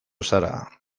zara